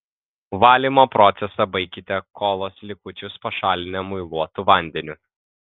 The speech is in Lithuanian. valymo procesą baikite kolos likučius pašalinę muiluotu vandeniu